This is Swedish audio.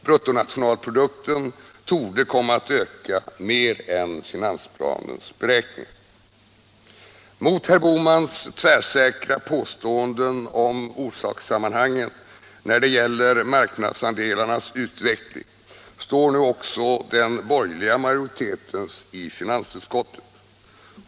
Bruttonationalprodukten torde komma att öka mer än finansplanens beräkningar. Mot herr Bohmans tvärsäkra påståenden om orsakssammanhangen när det gäller marknadsandelarnas utveckling står nu också den borgerliga majoriteten i finansutskottet.